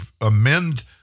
amend